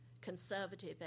Conservative